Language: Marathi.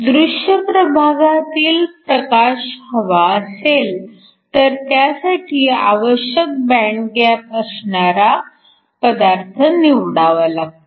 दृश्य प्रभागातील प्रकाश हवा असेल तर त्यासाठी आवश्यक बँड गॅप असणारा पदार्थ निवडावा लागतो